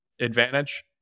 advantage